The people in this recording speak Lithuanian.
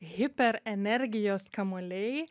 hiperenergijos kamuoliai